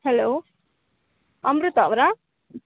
hello Amrita ಅವರಾ